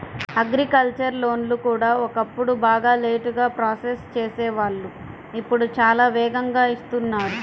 agricultural లోన్లు కూడా ఒకప్పుడు బాగా లేటుగా ప్రాసెస్ చేసేవాళ్ళు ఇప్పుడు చాలా వేగంగా ఇస్తున్నారు